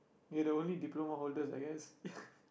you're the only diploma holders I guess